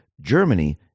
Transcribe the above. Germany